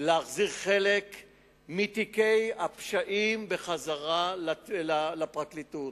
ולהחזיר חלק מתיקי הפשעים בחזרה לפרקליטות.